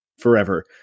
forever